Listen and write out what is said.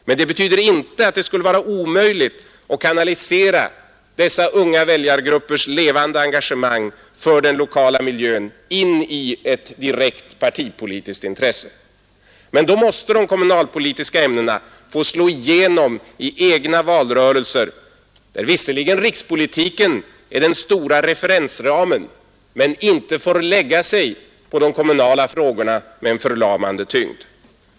Men det betyder inte att det skulle vara omöjligt att kanalisera dessa unga väljargruppers levande engagemang för den lokala miljön till ett direkt partipolitiskt intresse. Då måste emellertid de kommunalpolitiska ämnena också få slå igenom i egna valrörelser där rikspolitiken visserligen är den stora referensramen men inte lägger sig på de kommunala frågorna med en förlamande tyngd.